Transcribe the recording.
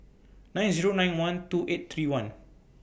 nine Zero nine one two eight three one